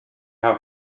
how